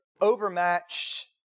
overmatched